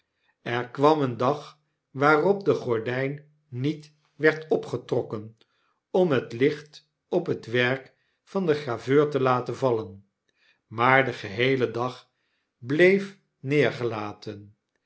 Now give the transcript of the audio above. er kwam een dag waarop de gordyn niet werd opgetrokken om het licht op het werk van den graveur te laten vallen maar den geheelen dag bleef neergelaten